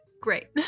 Great